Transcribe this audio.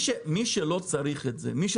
לגבי כרטיסי האשראי, דיברנו על נתון ההתפלגות.